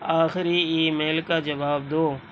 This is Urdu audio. آخری ای میل کا جواب دو